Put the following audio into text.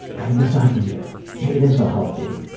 i have this idea, maybe this will help you,